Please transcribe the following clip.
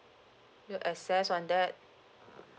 you'll assess on that